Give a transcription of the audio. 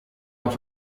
auf